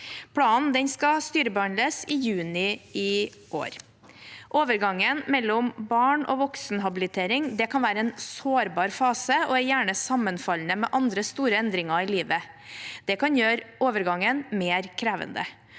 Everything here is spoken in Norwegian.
Planen skal styrebehandles i juni i år. Overgangen mellom barn- og voksenhabilitering kan være en sårbar fase og er gjerne sammenfallende med andre store endringer i livet. Det kan gjøre overgangen mer krevende.